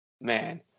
Man